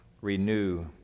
Renew